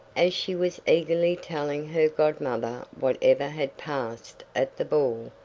as she was eagerly telling her godmother whatever had passed at the ball,